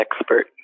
expert